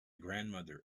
grandmother